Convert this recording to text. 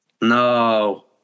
No